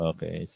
Okay